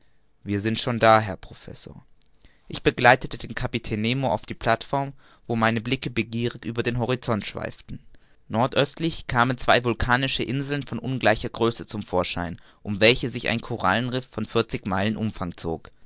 wir sind schon da herr professor ich begleitete den kapitän nemo auf die plateform wo meine blicke begierig über den horizont schweiften nordöstlich kamen zwei vulkanische inseln von ungleicher größe zum vorschein um welche sich ein korallenriff von vierzig meilen umfang zog